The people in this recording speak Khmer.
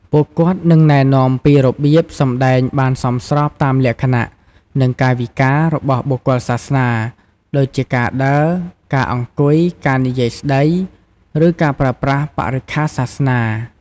ពួកគាត់នឹងណែនាំពីរបៀប សម្ដែងបានសមស្របតាមលក្ខណៈ និងកាយវិការ របស់បុគ្គលសាសនា ដូចជាការដើរ ការអង្គុយ ការនិយាយស្តី ឬការប្រើប្រាស់បរិក្ខារសាសនា។